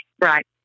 Right